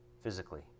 physically